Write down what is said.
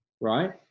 right